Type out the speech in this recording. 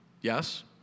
Yes